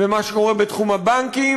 ועל מה שקורה בתחום הבנקים.